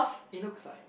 it looks like